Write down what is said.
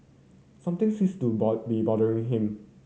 something sees to be bothering him